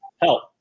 help